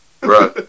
Right